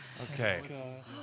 Okay